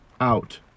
out